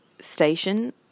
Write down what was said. station